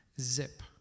Zip